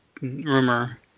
rumor